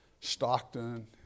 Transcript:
Stockton